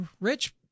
Rich